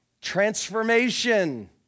transformation